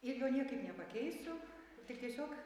ir jo niekaip nepakeisiu tik tiesiog